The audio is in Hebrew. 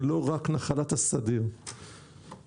זה לא פוגע בעסק,